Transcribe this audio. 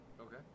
Okay